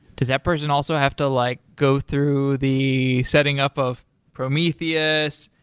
does that person also have to like go through the setting up of prometheus,